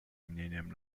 мнением